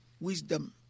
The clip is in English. wisdom